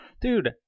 dude